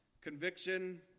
conviction